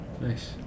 Nice